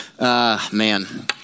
man